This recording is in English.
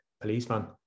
policeman